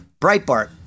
Breitbart